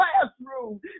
classroom